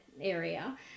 area